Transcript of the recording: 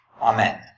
Amen